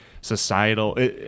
societal